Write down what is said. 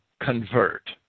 convert